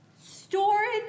Storage